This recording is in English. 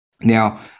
Now